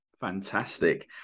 fantastic